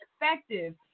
effective